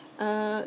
uh